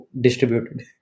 distributed